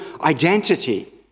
identity